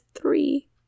three